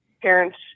parents